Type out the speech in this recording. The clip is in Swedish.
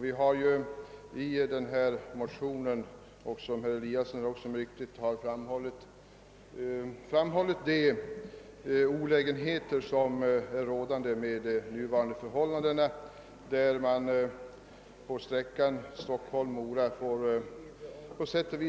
Vi har också, såsom herr Eliasson mycket riktigt påpekade, framhållit de olägenheter som är förenade med de nuvarande förhållandena. Man måste på sträckan Stockholm-—Mora stanna tågsätten